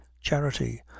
charity